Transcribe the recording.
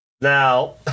Now